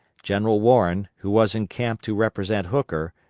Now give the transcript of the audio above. general warren, who was in camp to represent hooker,